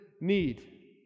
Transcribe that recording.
need